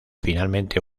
finalmente